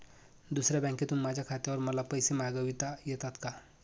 दुसऱ्या बँकेतून माझ्या खात्यावर मला पैसे मागविता येतात का?